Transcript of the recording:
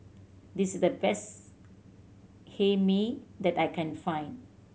this is the best Hae Mee that I can find